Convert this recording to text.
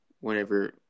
whenever